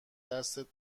دستت